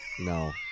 no